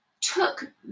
took